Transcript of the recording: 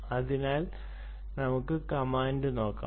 അതിനാൽ നമുക്ക് കമാൻഡ് നോക്കാം